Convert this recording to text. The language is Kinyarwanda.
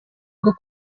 bwo